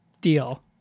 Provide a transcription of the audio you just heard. deal